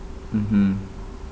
mmhmm